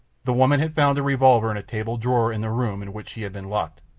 the woman had found a revolver in a table drawer in the room in which she had been locked,